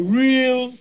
real